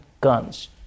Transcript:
guns